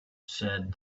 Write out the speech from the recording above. said